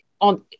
on